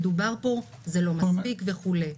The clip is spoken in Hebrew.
נאמר פה שזה לא מספיק וכולי.